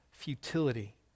futility